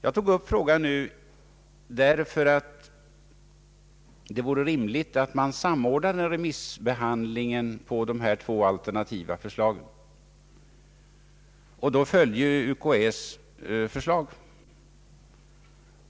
Jag tog upp frågan nu därför att det vore rimligt att man samordnar remissbehandlingen av dessa två alternativa förslag och då följer UKÄ:s förslag.